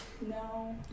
No